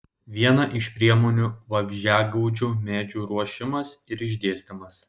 viena iš priemonių vabzdžiagaudžių medžių ruošimas ir išdėstymas